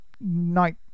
night